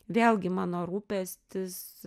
vėlgi mano rūpestis